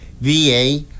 VA